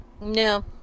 No